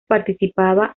participaba